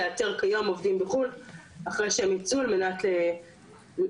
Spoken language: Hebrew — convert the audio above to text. על מנת לעדכן אותם שיש להם עדיין את האפשרות למשוך את הכספים.